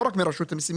לא רק מרשות המיסים,